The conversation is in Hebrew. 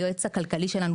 היועץ הכלכלי שלנו,